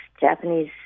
Japanese